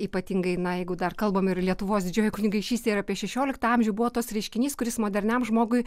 ypatingai na jeigu dar kalbam ir lietuvos didžiojoj kunigaikštystėj ir apie šešioliktą amžių buvo toks reiškinys kuris moderniam žmogui